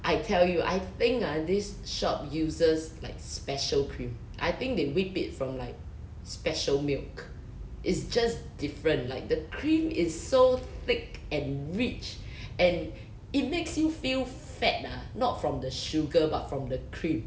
I tell you I think ah this shop uses like special cream I think they whip it from like special milk it's just different like the cream is so thick and rich and it makes you feel fat ah not from the sugar but from the cream